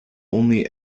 only